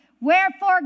Wherefore